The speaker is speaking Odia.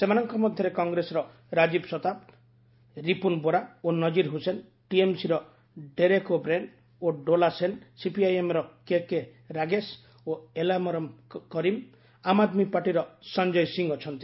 ସେମାନଙ୍କ ମଧ୍ୟରେ କଂଗ୍ରେସର ରାଜୀବ ସତାବ ରିପୁନ ବୋରା ଓ ନଜୀର ହୁସେନ ଟିଏମ୍ସିର ଡେରେକ୍ ଓ' ବ୍ରେଏନ୍ ଓ ଡୋଲା ସେନ୍ ସିପିଆଇଏମ୍ର କେକେ ରାଗେଶ ଓ ଏଲାମରମ କରିମ୍ ଆମ୍ ଆଦ୍ମୀ ପାର୍ଟିର ସଂଜୟ ସିଂ ଅଛନ୍ତି